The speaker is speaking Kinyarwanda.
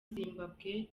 zimbabwe